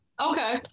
Okay